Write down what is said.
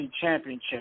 championship